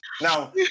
Now